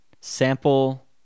sample